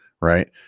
right